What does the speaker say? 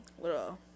little